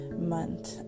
month